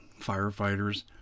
firefighters